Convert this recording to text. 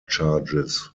charges